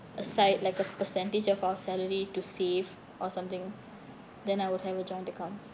aside like a percentage of our salary to save or something then I will have a joint account